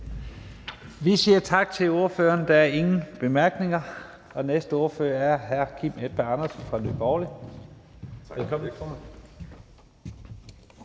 Vi siger tak til ordføreren. Der er ingen korte bemærkninger. Den næste ordfører er hr. Kim Edberg Andersen fra Nye